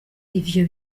ivyo